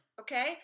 okay